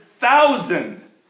thousand